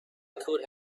could